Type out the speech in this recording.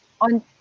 on